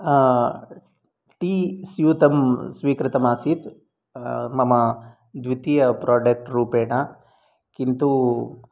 T स्यूतं स्वीकृतम् आसीत् मम द्वितीय प्रोडक्ट् रूपेण किन्तु